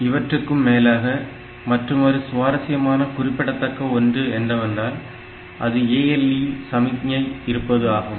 இவற்றுக்கும் மேலாக மற்றுமொரு சுவாரசியமான குறிப்பிடத்தக்க ஒன்று என்னவெனில் அது ALE சமிக்ஞை இருப்பது ஆகும்